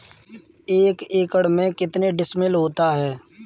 एक एकड़ में कितने डिसमिल होता है?